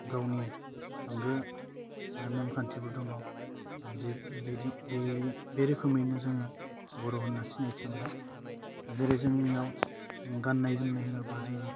गावनि आंगो नेमखान्थिबो दङ बे बेदि बे बे रोखोमैनो जोङो बर' होन्ना सिनायथि मोनो जेरै जोंनाव गान्नाय जोमनाय होनोब्ला जोङो